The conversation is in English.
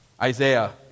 Isaiah